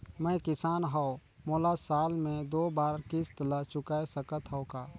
मैं किसान हव मोला साल मे दो बार किस्त ल चुकाय सकत हव का?